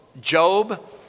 Job